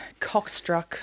cockstruck